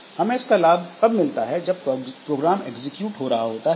हमें इसका लाभ तब मिलता है जब प्रोग्राम एग्जिक्यूट हो रहा होता है